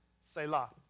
Selah